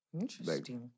Interesting